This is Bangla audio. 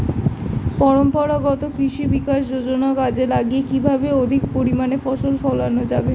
পরম্পরাগত কৃষি বিকাশ যোজনা কাজে লাগিয়ে কিভাবে অধিক পরিমাণে ফসল ফলানো যাবে?